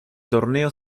torneo